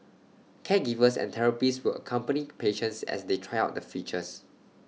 caregivers and therapists will accompany patients as they try out the features